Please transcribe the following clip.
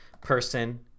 person